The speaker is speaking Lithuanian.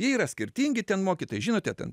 jie yra skirtingi ten mokytojai žinote ten